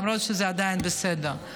למרות שזה עדיין בסדר.